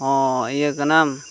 ᱚᱻ ᱤᱭᱟᱹ ᱠᱟᱱᱟᱢ